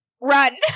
run